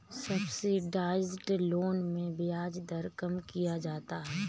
subsidised loan में ब्याज दर कम किया जाता है